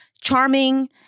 charming